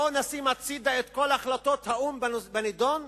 בואו נשים הצדה את כל החלטות האו"ם בנדון?